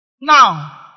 now